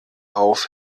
auf